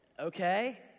okay